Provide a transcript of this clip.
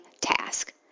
task